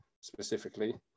specifically